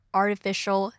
artificial